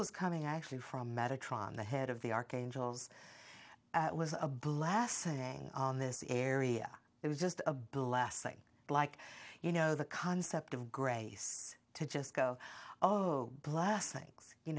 was coming actually from metta tran the head of the archangels was a blast saying in this area it was just a blessing like you know the concept of grace to just go oh blessings you